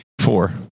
Four